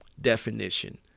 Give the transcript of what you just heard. definition